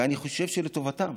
ואני חושב שלטובתם,